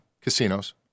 Casinos